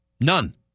None